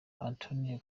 antonio